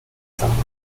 someone